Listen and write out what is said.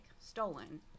stolen